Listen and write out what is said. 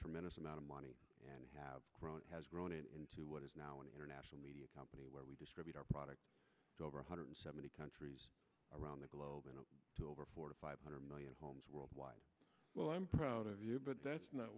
tremendous amount of money and have grown has grown it into what is now an international media company where we distribute our product to over one hundred seventy countries around the globe and to over four to five hundred million homes worldwide well i'm proud of you but that's not